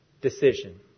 decision